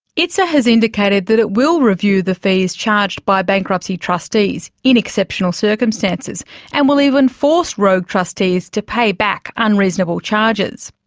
itsa has indicated that it will review the fees charged by bankruptcy trustees in exceptional circumstances and will even force rogue trustees to pay back unreasonable charges.